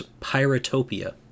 Pyrotopia